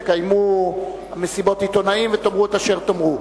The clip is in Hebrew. תקיימו מסיבות עיתונאים ותאמרו את אשר תאמרו.